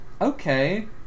Okay